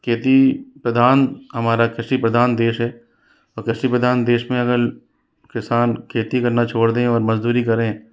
खेती प्रधान हमारा कृषि प्रधान देश है और कृषि प्रधान देश में अगर किसान खेती करना छोड़ दें और मज़दूरी करे